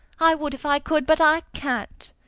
i would if i could, but i can't.